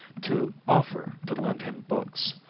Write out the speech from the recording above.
to offer to lend him books.